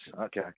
Okay